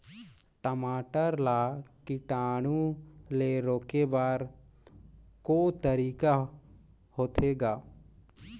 टमाटर ला कीटाणु ले रोके बर को तरीका होथे ग?